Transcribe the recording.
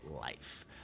life